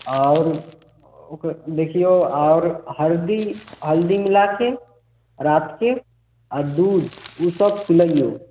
आओर ओकर देखिऔ आओर हल्दी हल्दी मिलाके रातिके आ दूध ओसब पिलैऔ